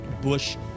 bush